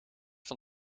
van